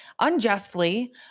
unjustly